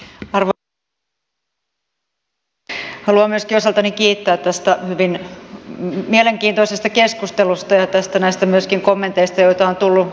haluan myöskin osaltani kiittää tästä hyvin mielenkiintoisesta keskustelusta ja myöskin näistä kommenteista joita on tullut suuntaan ja toiseen